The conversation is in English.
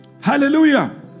Hallelujah